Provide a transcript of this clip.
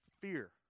fear